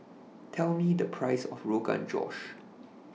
Tell Me The Price of Rogan Josh